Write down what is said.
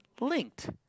linked